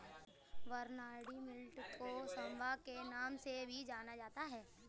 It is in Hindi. बर्नयार्ड मिलेट को सांवा के नाम से भी जाना जाता है